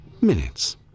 minutes